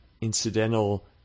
incidental